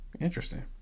Interesting